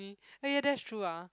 eh ya that's true ah